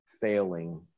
failing